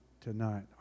tonight